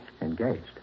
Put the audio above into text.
engaged